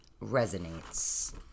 resonates